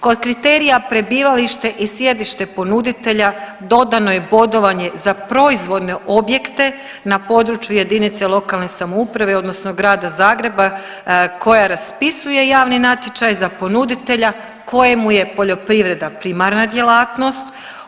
Kod kriterija prebivalište i sjedište ponuditelja dodano je bodovanje za proizvodne objekte na području jedinice lokalne samouprave, odnosno grada Zagreba koja raspisuje javni natječaj za ponuditelja kojemu je poljoprivreda primarna djelatnost.